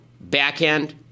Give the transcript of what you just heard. backhand